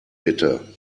bitte